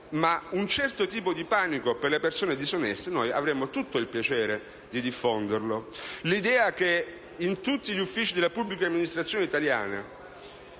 se un certo tipo di panico per le persone disoneste avremmo tutto il piacere di diffonderlo, sulla base dell'idea che se in tutti gli uffici della pubblica amministrazione italiana